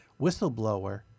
Whistleblower